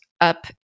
up